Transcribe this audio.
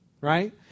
Right